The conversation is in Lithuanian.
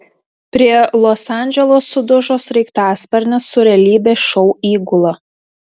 prie los andželo sudužo sraigtasparnis su realybės šou įgula